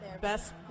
Best